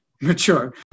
mature